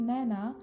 Nana